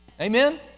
Amen